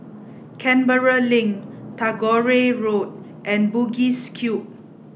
Canberra Link Tagore Road and Bugis Cube